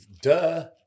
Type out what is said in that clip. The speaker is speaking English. duh